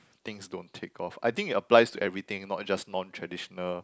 things don't take off I think it applies to everything not just non traditional